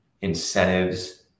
incentives